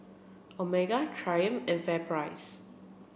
Omega Triumph and FairPrice